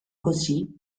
così